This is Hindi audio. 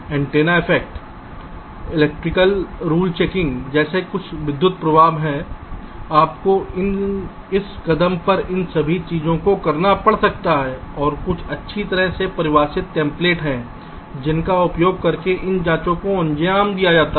antenna effects electrical rule checking जैसे कुछ विद्युत प्रभाव हैं आपको इस कदम पर इन सभी चीजों को भी करना पड़ सकता है और कुछ अच्छी तरह से परिभाषित टेम्प्लेट हैं जिनका उपयोग करके इन जाँचों को अंजाम दिया जा सकता है